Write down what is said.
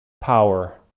power